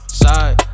side